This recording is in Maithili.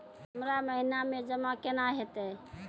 हमरा महिना मे जमा केना हेतै?